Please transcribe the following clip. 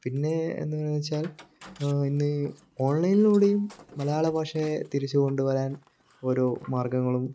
പിന്നെ എന്നുപറയുന്നു വച്ചാൽ ഇന്ന് ഓൺലൈനിലൂടെയും മലയാളഭാഷയെ തിരിച്ചു കൊണ്ടുവരാൻ ഓരോ മാർഗ്ഗങ്ങളും